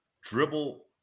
dribble